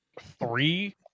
three